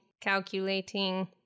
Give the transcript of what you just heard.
calculating